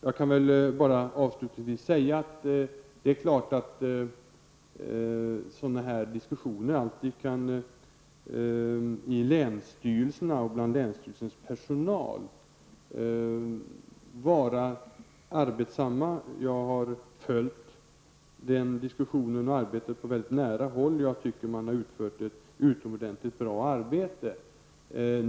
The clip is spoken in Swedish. Jag skall avslutningsvis säga att sådana här diskussioner naturligtvis ute i länsstyrelserna och bland länsstyrelsernas personal kan vara arbetssamma. Jag har följt sådana diskussioner och arbetet på det här området på mycket nära håll. Jag tycker att man har utfört ett utomordentligt bra arbete.